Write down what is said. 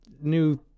new